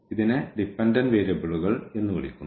ഇതിനെ ഡിപൻഡന്റ് വേരിയബിളുകൾ എന്ന് വിളിക്കുന്നു